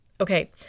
Okay